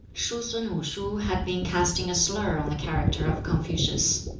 shuh-sun wu-shuh had been casting a slur on the character of confucius.